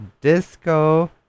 Disco